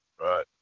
Right